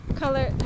Color